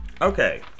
okay